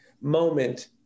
moment